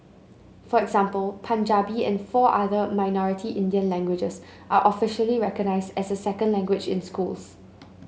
for example Punjabi and four other minority Indian languages are officially recognised as a second language in schools